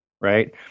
Right